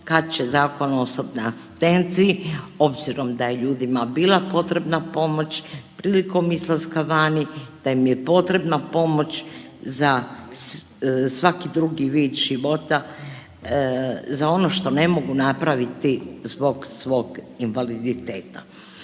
kad će Zakon o osobnoj asistenciji obzirom da je ljudima bila potrebna pomoć prilikom izlaska vani, da im je potrebna pomoć za svaki drugi vid života, za ono što ne mogu napraviti zbog svog invaliditeta.